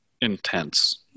intense